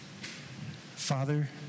Father